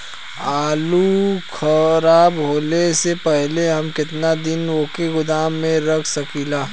आलूखराब होने से पहले हम केतना दिन वोके गोदाम में रख सकिला?